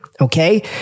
okay